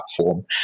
platform